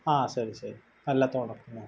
ಹಾಂ ಸರಿ ಸರಿ ಎಲ್ಲ ತೊಗೊಂಡೋಗ್ತೀನಿ ಓಕೆ